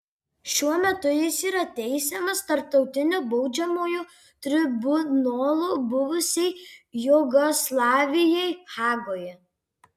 šiuo metu jis yra teisiamas tarptautinio baudžiamojo tribunolo buvusiai jugoslavijai hagoje